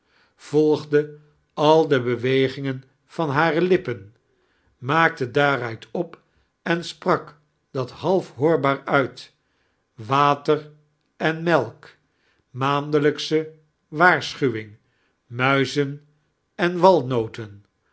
al de bewegingen van hare lippen maakte daaruit op en sprok dat half hoorbaar uit water en melk maandelijksehe waairschuwing muiizien en warmotem